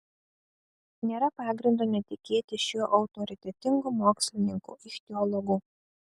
nėra pagrindo netikėti šiuo autoritetingu mokslininku ichtiologu